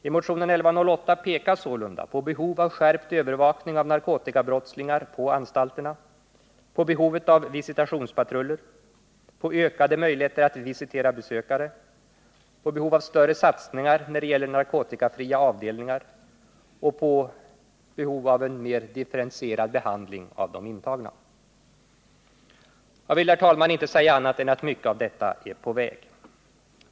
I motionen 1108 pekas sålunda på behovet av skärpt övervakning av narkoti kabrottslingar på anstalterna, visitationspatruller, ökade möjligheter att visitera besökare, större satsningar när det gäller narkotikafria avdelningar och en mer differentierad behandling av de intagna. Jag vill, herr talman, inte säga annat än att mycket av detta är på väg att förverkligas.